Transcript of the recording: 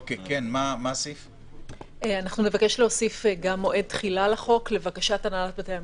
אנחנו נבקש להוסיף גם מועד תחילה לחוק לבקשת הנהלת בתי המשפט,